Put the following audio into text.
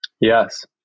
Yes